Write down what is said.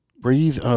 Breathe